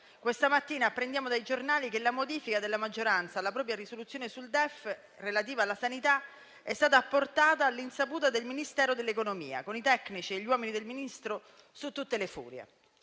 questa mattina apprendiamo dai giornali che la modifica della maggioranza alla propria risoluzione sul DEF - relativa alla sanità - è stata apportata all'insaputa del Ministero dell'economia, con i tecnici e gli uomini del Ministro su tutte le furie.